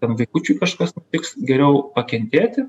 tam vaikučiui kažkas tiks geriau pakentėti